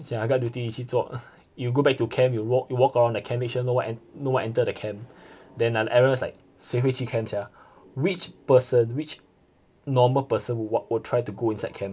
sia guard duty 你去做 you go back to camp you walk you walk around the camp make sure no one en~ no one enter the camp then errors like 谁会去 camp sia which person which normal person would wa~ would try to go into camp